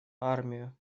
армию